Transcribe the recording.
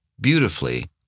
Beautifully